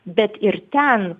bet ir ten